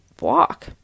walk